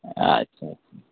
अच्छा अच्छा